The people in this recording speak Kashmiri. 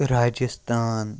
راجِستان